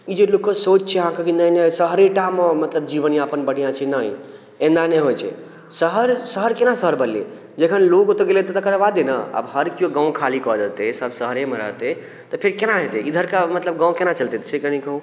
ई जे लोकके सोच छै अहाँके की नै नै शहरे टामे मतलब जीवन यापन बढ़िआँ छै नहि एना नहि होइ छै शहर शहर केना शहर बनलै जखन लोग ओतऽ गेलै तऽ तकर बादे ने आओर हर केओ गाँव खाली कऽ देतै तऽ सब शहरेमे रहतै तऽ फेर केना हेतै इधरके मतलब गाँव केना चलतै कनी कहू